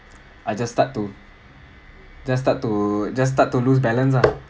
I just start to just start to just start to lose balance ah